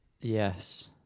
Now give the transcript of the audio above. yes